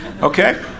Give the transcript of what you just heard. okay